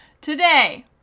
Today